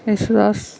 Yesudas